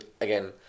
again